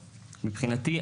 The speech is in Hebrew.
מבחינתי,